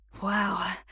Wow